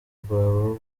rw’aba